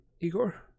Igor